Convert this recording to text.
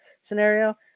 scenario